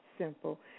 simple